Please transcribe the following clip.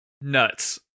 nuts